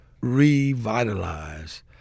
revitalize